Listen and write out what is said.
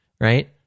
right